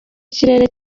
ikirere